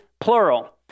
plural